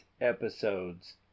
episodes